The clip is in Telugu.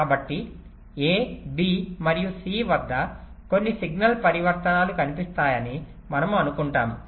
కాబట్టి a b మరియు c వద్ద కొన్ని సిగ్నల్ పరివర్తనాలు కనిపిస్తాయని మనము అనుకుంటాము